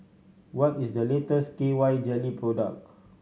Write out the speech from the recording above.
what is the latest K Y Jelly product